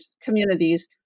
communities